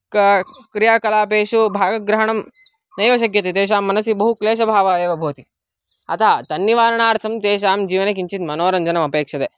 क क्रियाकलापेषु भागग्रहणं नैव शक्यते तेषां मनसि बहुक्लेशभावः एव भवति अतः तन्निवारणार्थं तेषां जीवने किञ्चित् मनोरञ्जनमपेक्ष्यते